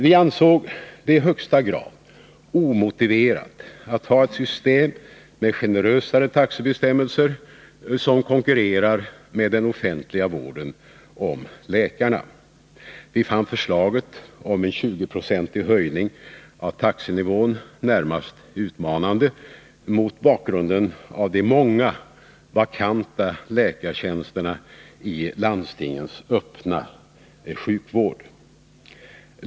Vi ansåg det i högsta grad omotiverat att ha ett system med generösare taxebestämmelser som konkurrerar med den offentliga vården om läkarna. Vi fann förslaget om en 20-procentig höjning av taxenivån närmast utmanande mot bakgrund av de många vakanta läkartjänsterna i landstingens öppna sjukvård.